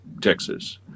texas